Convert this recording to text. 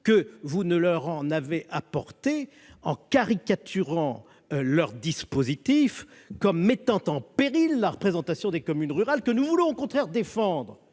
monsieur le ministre, en caricaturant leur dispositif comme mettant en péril la représentation des communes rurales, que nous voulons au contraire défendre,